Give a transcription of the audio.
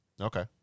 Okay